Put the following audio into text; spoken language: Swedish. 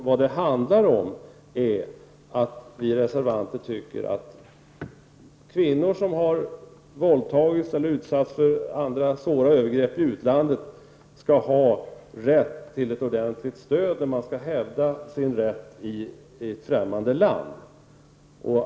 Vi reservanter anser att kvinnor som har våldtagits eller utsatts för svåra övergrepp i utlandet skall ha rätt till ordentligt stöd när de måste hävda sin rätt där.